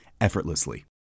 effortlessly